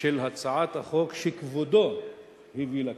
של הצעת החוק שכבודו הביא לכנסת.